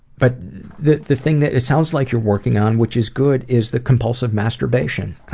but the the thing that it sounds like you're working on which is good is the compulsive masturbation.